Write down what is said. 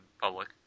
public